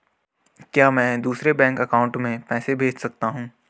क्या मैं दूसरे बैंक अकाउंट में पैसे भेज सकता हूँ?